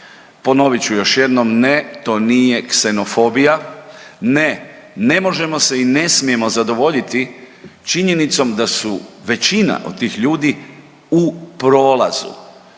Ponovit ću još jednom, ne to nije ksenofobija, ne, ne možemo se i ne smijemo zadovoljiti činjenicom da su većina od tih ljudi u prolazu.